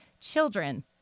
children